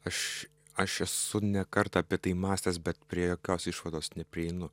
aš aš esu ne kartą apie tai mąstęs bet prie jokios išvados neprieinu